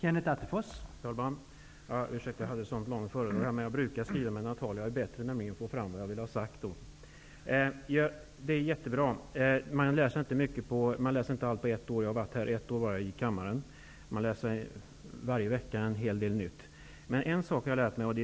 Herr talman! Ursäkta att jag har ett så långt föredrag. Jag brukar skriva mina tal. Jag får nämligen då fram bättre vad jag vill ha sagt. Man lär sig inte allt på ett år. Jag har suttit i riksdagen i ett år. Varje vecka lär man sig en hel del nytt.